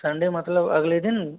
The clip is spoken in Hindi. संडे मतलब अगले दिन